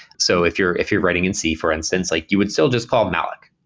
so if you're if you're writing in c for instance, like you would still just call malloc,